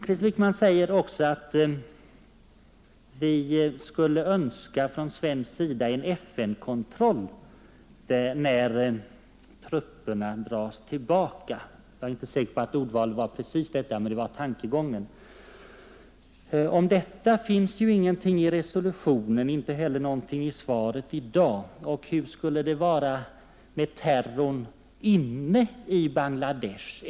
Krister Wickman säger att vi från svensk sida skulle önska en FN-kontroll när trupperna dras tillbaka; jag är inte säker på att orden föll precis så, men det var hans tankegång. Om detta finns ingenting i resolutionen, inte heller i Krister Wickmans svar i dag. Hur skulle det bli med terrorn inne i Bangla Desh?